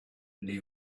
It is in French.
les